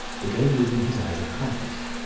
the game was in his eyes a contest,